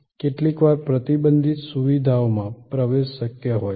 કેટલીકવાર પ્રતિબંધિત સુવિધાઓમાં પ્રવેશ શક્ય હોય છે